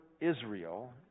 Israel